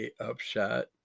Upshot